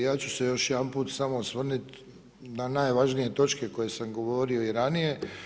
Ja ću se još jedanput samo osvrnuti na najvažnije točke koje sam govorio i ranije.